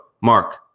Mark